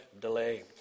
delay